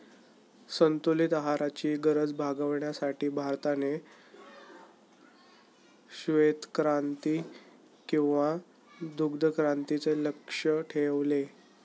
संतुलित आहाराची गरज भागविण्यासाठी भारताने श्वेतक्रांती किंवा दुग्धक्रांतीचे लक्ष्य ठेवले